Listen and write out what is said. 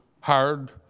hired